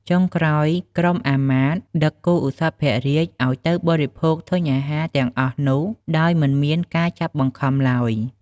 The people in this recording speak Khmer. ចុងក្រោយក្រុមអាមាត្រ ដឹកគោឧសភរាជឱ្យទៅបរិភោគធញ្ញអាហារទាំងអស់នោះដោយមិនមានការចាប់បង្ខំឡើយ។